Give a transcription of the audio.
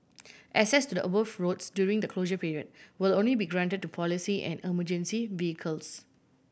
access to the above roads during the closure period will only be granted to police and emergency vehicles